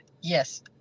Yes